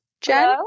Jen